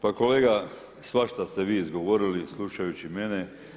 Pa kolega, svašta ste vi izgovorili slušajući mene.